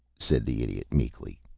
said the idiot, meekly.